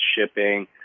shipping